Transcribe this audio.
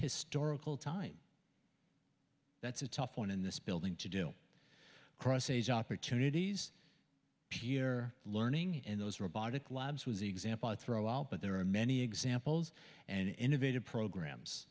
historical time that's a tough one in this building to do cross age opportunities peer learning in those robotic labs was the example of throw out but there are many examples and innovative programs